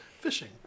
fishing